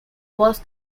was